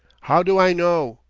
how do i know?